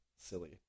silly